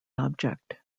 object